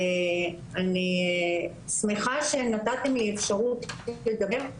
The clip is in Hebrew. אני שמחה שנתתם לי אפשרות לדבר.